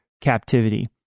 captivity